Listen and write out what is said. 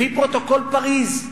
לפי פרוטוקול פריס.